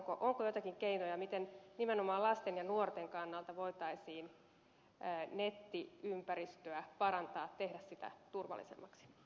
onko joitakin keinoja miten nimenomaan lasten ja nuorten kannalta voitaisiin nettiympäristöä parantaa tehdä sitä turvallisemmaksi